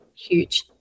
Huge